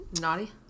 Naughty